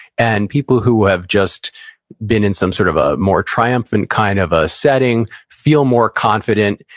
and people who have just been in some sort of a more triumphant kind of a setting, feel more confident,